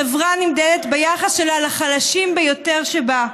חברה נמדדת ביחס שלה לחלשים ביותר שבה.